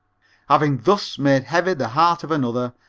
having thus made heavy the heart of another,